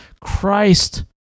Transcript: Christ